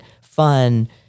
fun